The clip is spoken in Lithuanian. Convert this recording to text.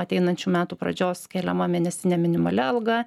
ateinančių metų pradžios keliama mėnesinė minimali alga